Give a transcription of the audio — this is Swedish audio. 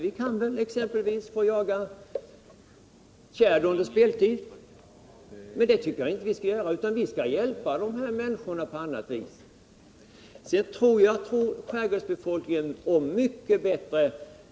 Vi kan väl få jaga tjäder under speltiden?” Så kan vi naturligtvis inte handla; vi skall hjälpa dem på annat sätt.